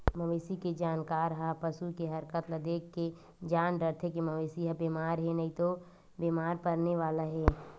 मवेशी के जानकार ह पसू के हरकत ल देखके जान डारथे के मवेशी ह बेमार हे नइते बेमार परने वाला हे